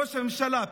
ראש הממשלה,